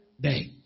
day